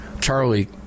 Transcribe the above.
Charlie